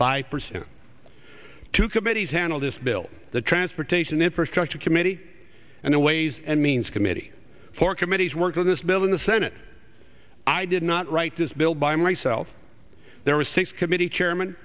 five percent two committees handle this bill the transportation infrastructure committee and the ways and means committee for committee's work on this bill in the senate i did not write this bill by myself there were six committee chairman